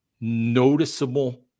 noticeable